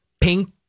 pink